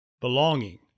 belonging